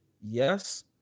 yes